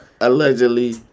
allegedly